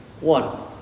One